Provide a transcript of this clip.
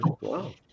Wow